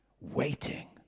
waiting